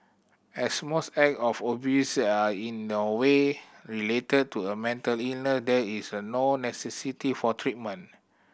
as most act of abuse are in no way related to a mental illness there is a no necessity for treatment